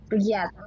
Yes